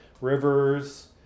rivers